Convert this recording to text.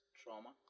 trauma